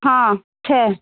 हा छह